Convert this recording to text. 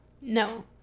no